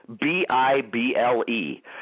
B-I-B-L-E